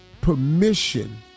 permission